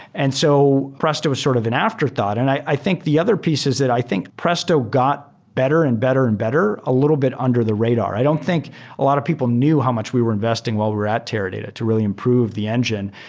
and so, presto was sort of an afterthought. and i i think the other pieces that i think presto got better and better and better a little bit under the radar. i don't think a lot of people knew how much we were investing while we were at teradata to really improve the engine.